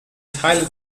teile